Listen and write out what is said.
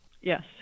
Yes